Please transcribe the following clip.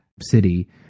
city